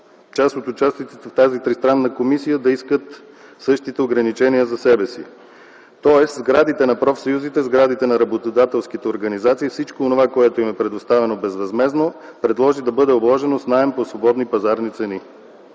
част от участниците в тази тристранна комисия да искат същите ограничения за себе си. Тоест, сградите на профсъюзите, сградите на работодателските организации, всичко онова, което им е предоставено безвъзмездно, предложи да бъде обложено с наем по свободни пазарни цени.